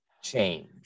change